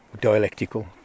dialectical